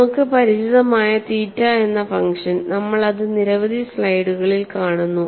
നമുക്ക് പരിചിതമായ തീറ്റ എന്ന ഫംഗ്ഷൻ നമ്മൾ അത് നിരവധി സ്ലൈഡുകളിൽ കാണുന്നു